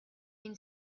been